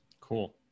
Cool